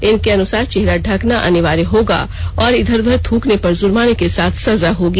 इनके अनुसार चेहरा ढकना अनिवार्य होगा और इधर उधर थ्रकने पर जुर्माने के साथ सजा होगी